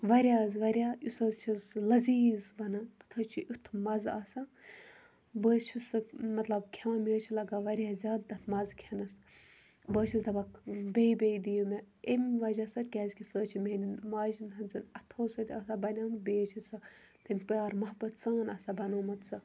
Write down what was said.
واریاہ حظ واریاہ یُس حظ چھُ سُہ لزیٖز بَنان تَتھ حظ چھُ اتھ مَزٕ آسان بہٕ حط چھَس سُہ مَطلَب کھیٚوان مےٚ حظ چھُ لَگان واریاہ زیادٕ تَتھ مَزٕ کھیٚنَس بہٕ حظ چھَس دَپان بیٚیہِ بیٚیہِ دِیِو مےٚ امہِ وَجہ سۭتۍ کیازِ کہِ سُہ حظ چھُ میانہِ ماجہِ ہٕندیو اَتھو سۭتۍ آسان بَنیومُت بیٚیہِ حظ چھِ سۄ پیار محبت سان آسان بَنومُت سۄ